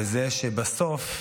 וזה שבסוף,